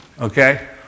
Okay